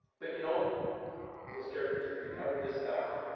but you know those characters that recovered this stuff